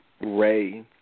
Ray